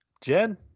Jen